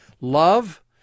love